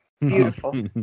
beautiful